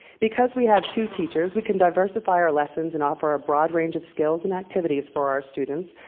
because we have two teachers, we can diversify our lessons and offer a broad range of skills and activities for our students,